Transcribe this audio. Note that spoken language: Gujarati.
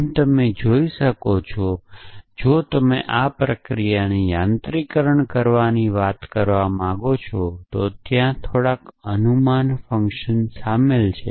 જેમ તમે જોઈ શકો છો કે જો તમે આ પ્રક્રિયાને યાંત્રિકરણ કરવાની વાત કરવા માંગો છો તો ત્યાં થોડોક અનુમાન ફંકશન શામેલ છે